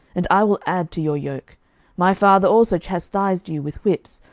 and i will add to your yoke my father also chastised you with whips,